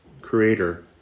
creator